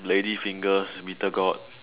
lady's finger bittergourd